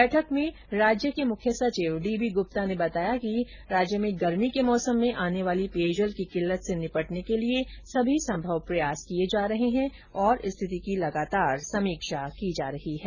बैठक में मुख्य सचिव डीबी ग्रप्ता ने बताया कि राज्य में गर्मी के मौसम में आने वाली पेयजल की किल्लत से निपटने के लिए सभी संभव प्रयास किये जा रहे हैं तथा स्थिति की लगातार समीक्षा की जा रही है